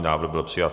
Návrh byl přijat.